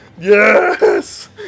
Yes